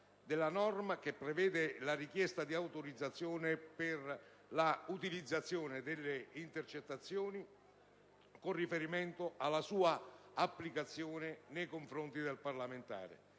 della norma che prevede la richiesta di autorizzazione per l'utilizzazione delle intercettazioni con riferimento alla sua applicazione nei confronti del parlamentare